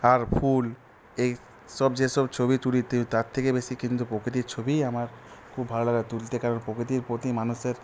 আর ফুল এই সব যে সব ছবি তুলি তার থেকে বেশি কিন্তু প্রকৃতির ছবিই আমার খুব ভালো লাগে তুলতে কারণ প্রকৃতির প্রতি মানুষের